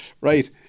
Right